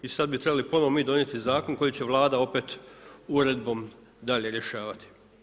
I sada bi trebali ponovno mi donijeti zakon koji će Vlada opet uredbom dalje rješavati.